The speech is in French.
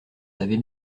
savez